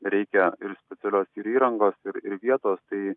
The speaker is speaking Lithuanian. reikia ir specialios ir įrangos ir ir vietos tai